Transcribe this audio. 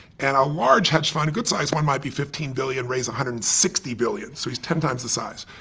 and a large hedge fund, a good sized one, might be fifteen billion. ray's one hundred and sixty billion, so he's ten times the size.